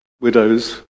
widows